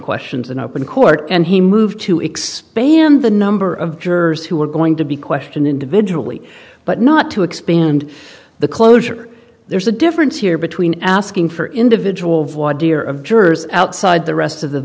questions in open court and he moved to expand the number of jurors who were going to be questioned individually but not to expand the closure there's a difference here between asking for individual deer of jurors outside the rest of the